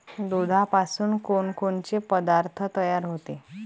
दुधापासून कोनकोनचे पदार्थ तयार होते?